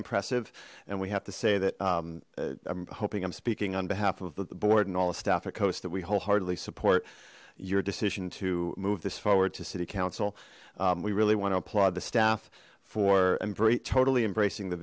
impressive and we have to say that um i'm hoping i'm speaking on behalf of the board and all the staff at coast that we wholeheartedly support your decision to move this forward to city council we really want to applaud the staff for embry totally embracing the